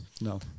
No